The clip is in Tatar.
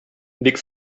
бик